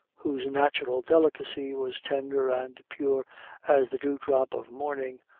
whose natural delicacy was tender and pure as the dew-drop of morning,